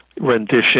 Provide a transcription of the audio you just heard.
rendition